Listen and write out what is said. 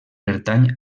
pertany